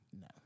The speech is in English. No